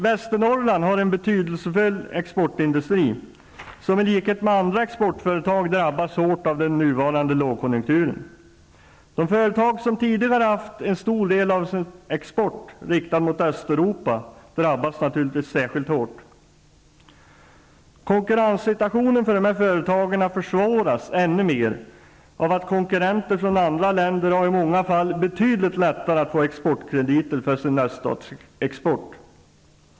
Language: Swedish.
Västernorrland har en betydelsefull exportindustri som i likhet med andra exportföretag drabbats hårt av den nuvarande lågkonjunkturen. De företag som tidigare har haft en stor del av sin export riktad mot Östeuropa drabbas naturligtvis särskilt hårt. Konkurrenssituationen för de här företagen försvåras ännu mer av att konkurrenter från andra länder i många fall har betydligt lättare att få exortkrediter för sin öststatsexport.